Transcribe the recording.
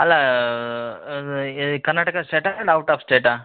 ಅಲ್ಲಾ ಅದು ಈ ಕರ್ನಾಟಕ ಸ್ಟೇಟಾ ಇಲ್ಲ ಔಟ್ ಆಫ್ ಸ್ಟೇಟಾ